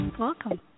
Welcome